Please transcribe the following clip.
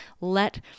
Let